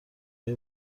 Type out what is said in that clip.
های